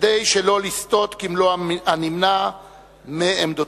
כדי שלא לסטות כמלוא הנימה מעמדותיו.